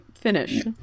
finish